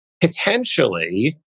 potentially